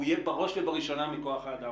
הוא יהיה בראש ובראשונה מכוח האדם.